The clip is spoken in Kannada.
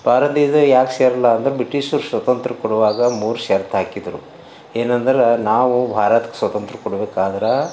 ಭಾರತ ದೇಶ್ದಾಗ ಯಾಕೆ ಸೇರಲ್ಲಾ ಅಂದರೆ ಬ್ರಿಟಿಷರು ಸ್ವತಂತ್ರ ಕೊಡುವಾಗ ಮೂರು ಷರ್ತು ಹಾಕಿದರು ಏನಂದ್ರೆ ನಾವು ಭಾರತ ಸ್ವತಂತ್ರ ಕೊಡ್ಬೇಕಾದ್ರೆ